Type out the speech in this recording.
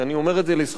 אני אומר את זה לזכותו.